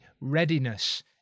readiness